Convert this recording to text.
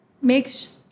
makes